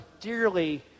dearly